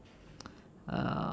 uh